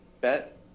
bet